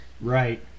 Right